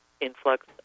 influx